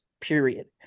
Period